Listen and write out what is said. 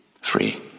Free